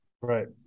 Right